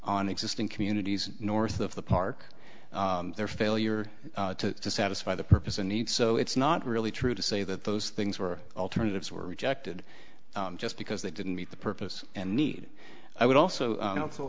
on existing communities north of the park their failure to satisfy the purpose a need so it's not really true to say that those things were alternatives were rejected just because they didn't meet the purpose and need i would also